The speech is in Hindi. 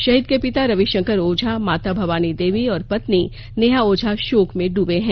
शहीद के पिता रविशंकर ओझा माता भवानी देवी और पत्नी नेहा ओझा शोक में डूबे हैं